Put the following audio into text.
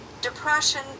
Depression